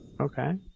Okay